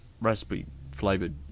recipe-flavored